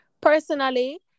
Personally